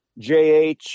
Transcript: JH